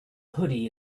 hoodie